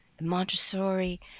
Montessori